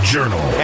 Journal